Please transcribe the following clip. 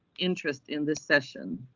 interest in this session.